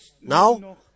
Now